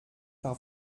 par